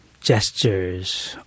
gestures